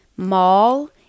mall